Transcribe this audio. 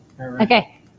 Okay